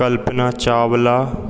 Kalpana Chawla